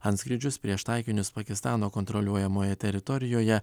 antskrydžius prieš taikinius pakistano kontroliuojamoje teritorijoje